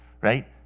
right